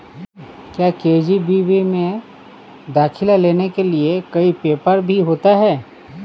क्या के.जी.बी.वी में दाखिला लेने के लिए कोई पेपर भी होता है?